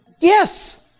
Yes